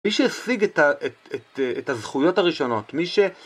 מי שהשיג את הזכויות הראשונות, מי ש...